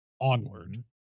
onward